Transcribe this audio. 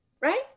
right